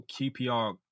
QPR